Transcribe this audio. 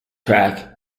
track